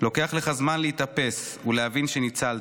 לוקח לך זמן להתאפס ולהבין שניצלת.